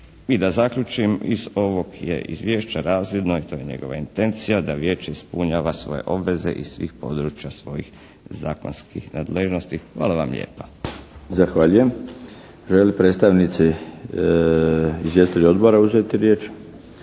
I da zaključim, iz ovog je izvješća razvidno i to je njegova intencija, da vijeće ispunjava svoje obveze iz svih područja svojih zakonskih nadležnosti. Hvala vam lijepa. **Milinović, Darko (HDZ)** Zahvaljujem. Žele predstavnici, izvjestitelji odbora uzeti riječ?